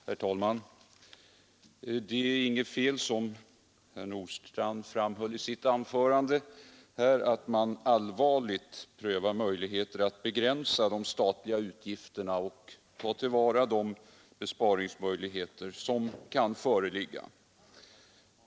Herr talman! Det är inget fel, som herr Nordstrandh framhöll i sitt anförande, att man allvarligt prövar möjligheter att begränsa de statliga utgifterna och ta till vara de besparingsmöjligheter som kan finnas.